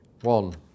one